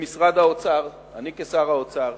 במשרד האוצר, אני, כשר האוצר,